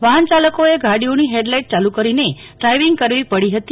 વાફનચાલકોએ ગાડીઓની ફેડલાઈટ ચાલુ કરીને ડ્રાઈવિંગ કરવી પડી ફતી